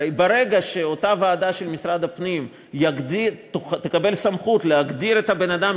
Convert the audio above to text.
הרי ברגע שאותה ועדה של משרד הפנים תקבל סמכות להגדיר את האדם